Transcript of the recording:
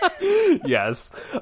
Yes